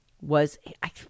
was—I